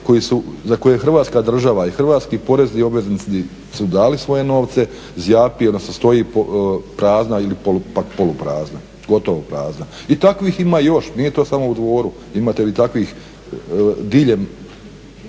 za koje je Hrvatska država i hrvatski porezni obveznici su dali svoje novce zjapi odnosno stoji prazna ili poluprazna, gotovo prazna. I takvih ima još, nije to samo u Dvoru. Imate vi takvih diljem